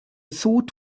thought